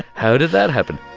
how did that happen?